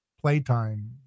playtime